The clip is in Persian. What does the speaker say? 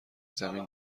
زمین